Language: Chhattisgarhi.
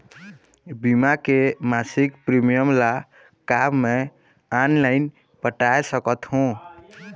बीमा के मासिक प्रीमियम ला का मैं ऑनलाइन पटाए सकत हो?